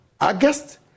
august